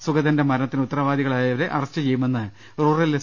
സുഗതന്റെ മരണത്തിന് ഉത്തരവാദികളായവരെ അറസ്റ്റ് ചെയ്യുമെന്ന് റൂറൽ എസ്